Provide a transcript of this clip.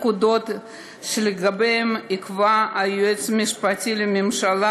ועל-פיו פקודות שלגביהן יקבע היועץ המשפטי לממשלה,